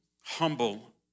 humble